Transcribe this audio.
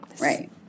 Right